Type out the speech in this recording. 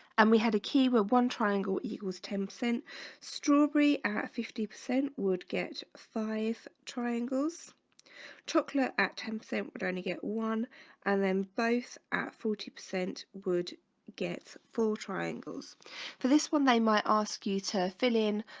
and we had a key with one triangle equals ten percent strawberry at fifty percent would get five triangles chocolate at ten percent would only get one and then both at forty percent would get full triangles for this one. they might ask you to fill in